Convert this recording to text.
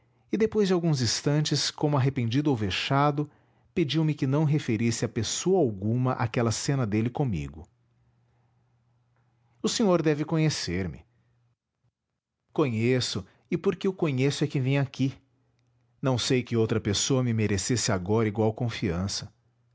e depois de alguns instantes como arrependido ou vexado pediu-me que não referisse a pessoa alguma aquela cena dele comigo o senhor deve conhecer me conheço e porque o conheço é que vim aqui não sei que outra pessoa me merecesse agora igual confiança